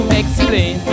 explain